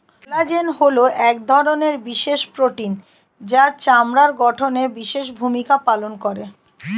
collagen হলো এক ধরনের বিশেষ প্রোটিন যা চামড়ার গঠনে বিশেষ ভূমিকা পালন করে